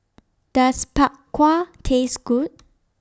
Does Bak Kwa Taste Good